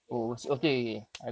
kira makanan apa